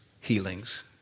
healings